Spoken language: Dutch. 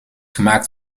gemaakt